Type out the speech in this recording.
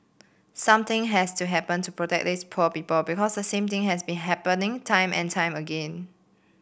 something has to happen to protect these poor people because the same thing has been happening time and time again